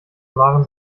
waren